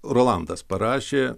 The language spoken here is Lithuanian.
rolandas parašė